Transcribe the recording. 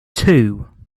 two